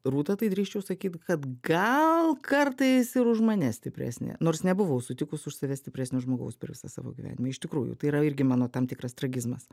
rūta tai drįsčiau sakyt kad gal kartais ir už mane stipresnė nors nebuvau sutikus už save stipresnio žmogaus per visą savo gyvenimą iš tikrųjų tai yra irgi mano tam tikras tragizmas